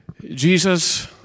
Jesus